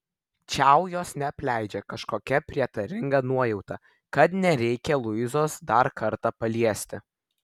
čiau jos neapleidžia kažkokia prietaringa nuojauta kad nereikia luizos dar kartą paliesti